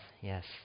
Yes